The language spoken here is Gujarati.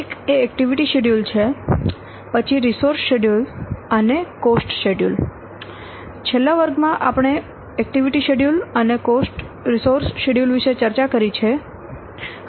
એક એ એક્ટિવિટી શેડ્યૂલ છે પછી રિસોર્સ શેડ્યૂલ અને કોસ્ટ શેડ્યૂલ છેલ્લા વર્ગમાં આપણે એક્ટિવિટી શેડ્યૂલ અને કોસ્ટ રિસોર્સ શેડ્યૂલ વિશે ચર્ચા કરી છે